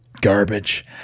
garbage